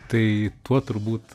tai tuo turbūt